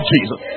Jesus